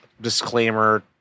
disclaimer